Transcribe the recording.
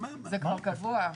זה כבר קבוע.